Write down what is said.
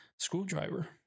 screwdriver